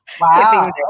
Wow